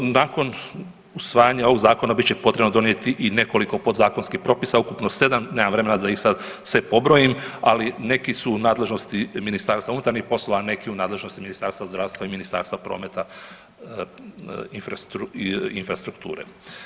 Nakon usvajanja ovog Zakona bit će potrebno i donijeti i nekoliko podzakonskih propisa, ukupno 7, nemam vremena da ih sad sve pobrojim, ali neki su u nadležnosti Ministarstva unutarnjih poslova, a neki u nadležnosti Ministarstva zdravstva i Ministarstva prometa i infrastrukture.